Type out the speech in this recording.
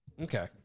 Okay